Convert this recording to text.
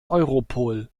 europol